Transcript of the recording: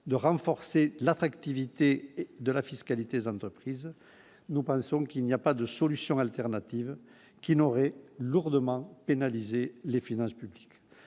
de renforcer l'attractivité de la fiscalité des entreprises, nous pensons qu'il n'y a pas de solution alternative qui n'aurait lourdement pénalisé les finances publiques,